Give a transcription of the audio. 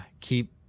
keep